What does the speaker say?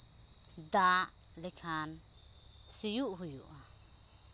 ᱫᱟᱜ ᱞᱮᱠᱷᱟᱱ ᱥᱤᱭᱳᱜ ᱦᱩᱭᱩᱜᱼᱟ